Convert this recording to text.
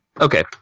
Okay